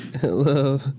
Hello